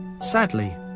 Sadly